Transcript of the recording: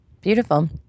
Beautiful